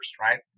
right